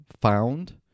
found